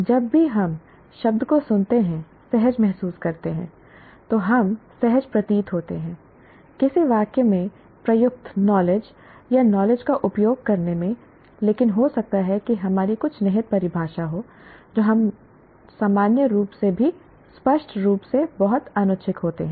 जब भी हम शब्द को सुनते हैं सहज महसूस करते हैं तो हम सहज प्रतीत होते हैं किसी वाक्य में प्रयुक्त नॉलेज या नॉलेज का उपयोग करने में लेकिन हो सकता है कि हमारी कुछ निहित परिभाषा हो जो हम सामान्य रूप से भी स्पष्ट रूप से बहुत अनिच्छुक होते हैं